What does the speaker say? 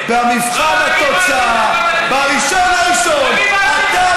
באמת, במבחן התוצאה, ב-1 בינואר, תגיד, מה עשית?